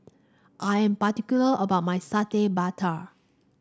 I am particular about my Satay Babat